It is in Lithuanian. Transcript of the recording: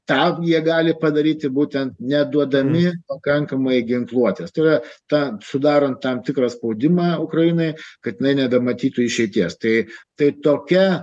tą jie gali padaryti būtent neduodami pakankamai ginkluotės tai yra ta sudarant tam tikrą spaudimą ukrainai kad jinai nebematytų išeities tai tai tokia